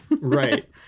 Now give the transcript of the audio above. right